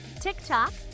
TikTok